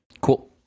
Cool